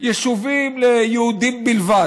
יישובים ליהודים בלבד.